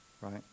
right